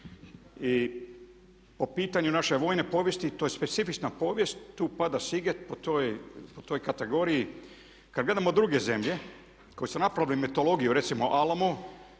i o pitanju naše vojne povijesti. To je specifična povijest, tu pada Siget …/Ne razumije se./… kategoriji. Kad gledamo druge zemlje koje su napravile metodologiju recimo Alamo